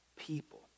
people